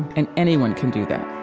and anyone can do that